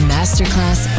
Masterclass